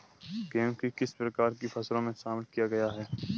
गेहूँ को किस प्रकार की फसलों में शामिल किया गया है?